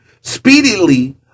speedily